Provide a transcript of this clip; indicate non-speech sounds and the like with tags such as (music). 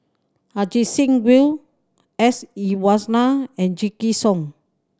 Ajit Singh Gill S Iswaran and (unintelligible) Song